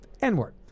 N-Word